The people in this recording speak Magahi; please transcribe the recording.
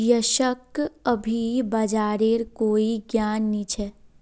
यशक अभी बाजारेर कोई ज्ञान नी छ